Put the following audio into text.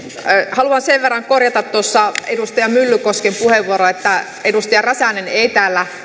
haluan sen verran korjata edustaja myllykosken puheenvuoroa että edustaja räsänen ei täällä